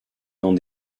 dans